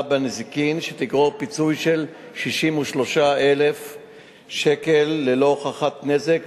בנזיקין שתגרור פיצוי של 63,000 שקל ללא הוכחת נזק,